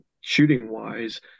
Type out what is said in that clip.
shooting-wise